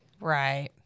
Right